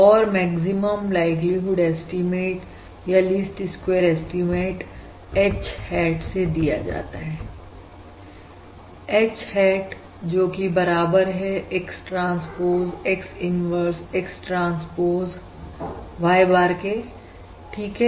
और maximum likelihood estimate या least square estimate H hat दिया जाता है H hat जोकि बराबर है X transpose X inverse X transpose Y bar ठीक है